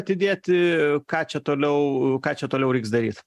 atidėti ką čia toliau ką čia toliau reiks daryt